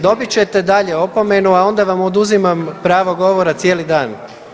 Dobit ćete dalje opomenu, a onda vam oduzimam pravo govora cijeli dan.